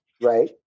right